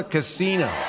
Casino